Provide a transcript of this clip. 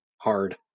Hard